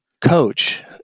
coach